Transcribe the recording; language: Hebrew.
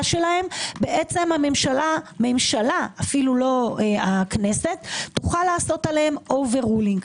שלהם הממשלה אפילו לא הכנסת תוכל לעשות עליהם אובר רולינג.